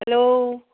hello